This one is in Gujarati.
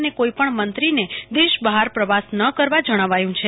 અને કોઈપણ મંત્રોન દેશ બહાર પ્રવાસ ન કરવા જણાવ્યું છે